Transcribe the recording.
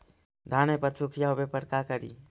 धान मे पत्सुखीया होबे पर का करि?